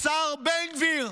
השר בן גביר,